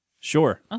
sure